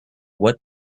what